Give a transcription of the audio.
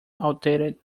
outdated